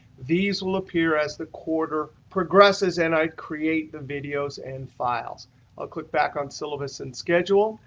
these will appear as the quarter progresses and i create the videos and files. i'll click back on syllabus and schedule.